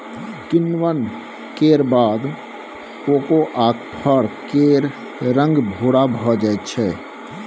किण्वन केर बाद कोकोआक फर केर रंग भूरा भए जाइ छै